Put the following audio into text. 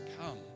Come